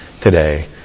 today